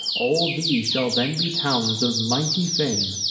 all these shall then be towns of mighty fame,